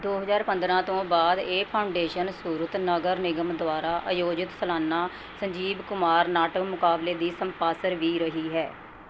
ਦੋ ਹਜ਼ਾਰ ਪੰਦਰ੍ਹਾਂ ਤੋਂ ਬਾਅਦ ਇਹ ਫਾਊਂਡੇਸ਼ਨ ਸੂਰਤ ਨਗਰ ਨਿਗਮ ਦੁਆਰਾ ਆਯੋਜਿਤ ਸਾਲਾਨਾ ਸੰਜੀਵ ਕੁਮਾਰ ਨਾਟਕ ਮੁਕਾਬਲੇ ਦੀ ਸਪਾਂਸਰ ਵੀ ਰਹੀ ਹੈ